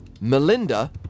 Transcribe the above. Melinda